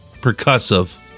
percussive